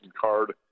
card